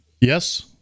Yes